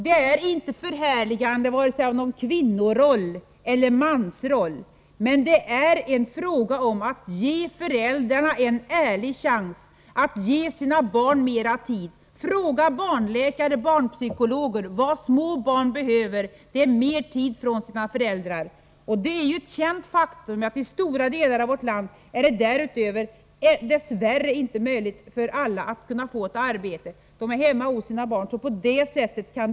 Detta är inte ett förhärligande vare sig av någon kvinnoroll eller av någon mansroll, men det är en fråga om att ge föräldrarna en ärlig chans att ge sina barn mer tid. Fråga barnläkare och barnpsykologer vad små barn behöver — det är mer tid med sina föräldrar. Det är ett känt faktum att det i stora delar av vårt land dess värre inte är möjligt för alla att få ett arbete. En del av dessa människor är hemma hos sina barn.